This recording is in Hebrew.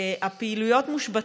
הפעילויות מושבתות,